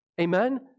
amen